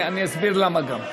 הממשלה (תיקון, העמדת סיוע לחבר